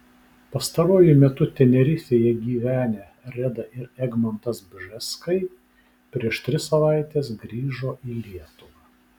pastaruoju metu tenerifėje gyvenę reda ir egmontas bžeskai prieš tris savaites grįžo į lietuvą